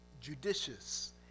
judicious